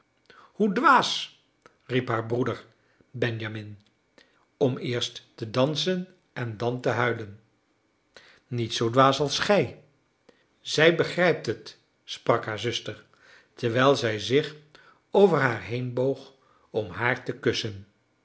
hoe dwaas riep haar broeder benjamin om eerst te dansen en dan te huilen niet zoo dwaas als gij zij begrijpt het sprak haar zuster terwijl zij zich over haar heenboog om haar te kussen